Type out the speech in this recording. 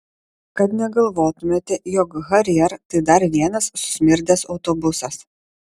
kad negalvotumėte jog harrier tai dar vienas susmirdęs autobusas